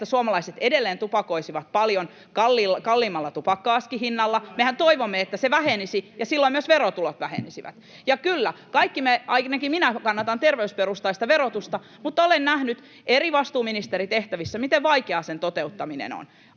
että suomalaiset edelleen tupakoisivat paljon kalliimmalla tupakka-askihinnalla. [Ben Zyskowiczin välihuuto] Mehän toivomme, että se vähenisi, ja silloin myös verotulot vähenisivät. Ja kyllä, kaikki me — ainakin minä — kannatamme terveysperustaista verotusta, mutta olen nähnyt eri vastuuministeritehtävissä, miten vaikeaa sen toteuttaminen on,